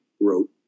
wrote